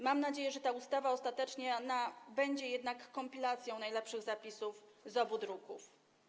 Mam nadzieję, że ta ustawa ostatecznie będzie kompilacją najlepszych zapisów z obu druków.